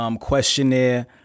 questionnaire